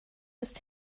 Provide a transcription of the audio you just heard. ist